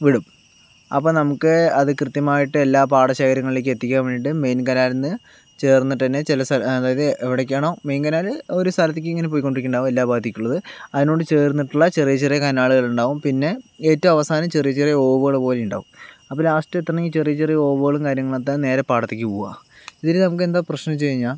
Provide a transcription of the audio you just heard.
വിടും അപ്പോൾ നമുക്ക് അത് കൃത്യമായിട്ട് പാടശേഖരങ്ങളിലേയ്ക്ക് എത്തിക്കാൻ വേണ്ടീട്ട് മെയിൻ കനാലിൽ നിന്ന് ചേർന്നിട്ട് തന്നെ ചില സ്ഥല അതായത് എവിടേയ്ക്കാണോ മെയിൻ കനാൽ ഒരു സ്ഥലത്തേക്കിങ്ങനെ പൊയ്ക്കോണ്ടിരിക്കുന്നുണ്ടാവും എല്ലാ ഭാഗത്തേക്കുള്ളത് അതിനോട് ചേർന്നിട്ടുള്ള ചെറിയ ചെറിയ കനാലുകൾ ഉണ്ടാവും പിന്നെ ഏറ്റവും അവസാനം ചെറിയ ചെറിയ ഓവുകള് പോലെ ഉണ്ടാവും അപ്പോൾ ലാസ്റ്റ് എത്തണമെങ്കിൽ ചെറിയ ചെറിയ ഓവുകളും കാര്യങ്ങളും എത്താതെ നേരെ പാടത്തേയ്ക്കു പോവുക ഇതില് നമുക്കെന്താ പ്രശ്നം എന്ന് വെച്ചു കഴിഞ്ഞാൽ